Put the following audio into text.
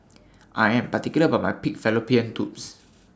I Am particular about My Pig Fallopian Tubes